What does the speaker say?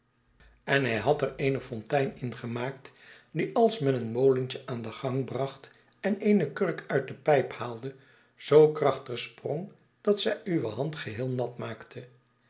en hij had er eene fontein in gemaakt die als men een molentje aan den gang bracht en eene kurk uit de pijp haalde zoo krachtig sprong dat zy uwe hand geheel nat maakte